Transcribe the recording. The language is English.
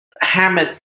Hammett